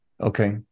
Okay